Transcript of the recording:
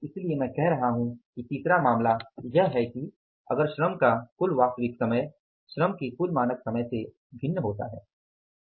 इसलिए मैं कह रहा हूं कि तीसरा मामला यह है कि अगर श्रम का कुल वास्तविक समय श्रम के कुल मानक समय से भिन्न होता है